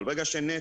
אבל נת"ע,